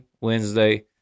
Wednesday